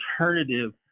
alternative